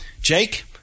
Jake